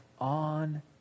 on